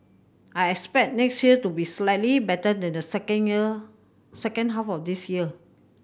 I expect next year to be slightly better than the second year second half of this year